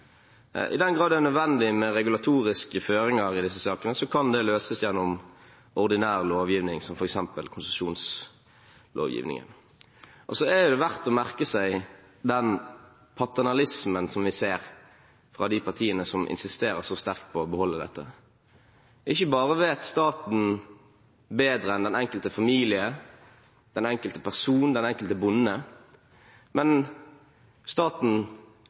I den grad det er nødvendig med regulatoriske føringer i disse sakene, kan det løses gjennom ordinær lovgivning, som f.eks. konsesjonslovgivningen. Det er også verdt å merke seg den paternalismen som vi ser fra de partiene som insisterer så sterkt på å beholde dette. Ikke bare vet staten bedre enn den enkelte familie, den enkelte person, den enkelte bonde, men staten